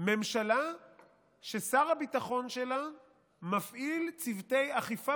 ממשלה ששר הביטחון שלה מפעיל צוותי אכיפה